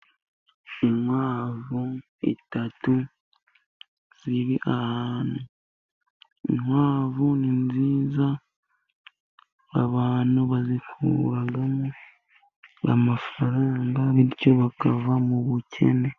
Inkwavu eshatu ziri ahantu, inkwavu ni nziza abantu bazikuramo amafaranga bityo bakava mu bukene.